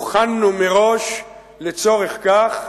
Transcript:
הוּכַנוּ מראש לצורך כך,